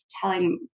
telling